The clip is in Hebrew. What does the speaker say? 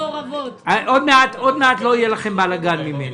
עוד מעט לא יהיה לכם בלגן ממני,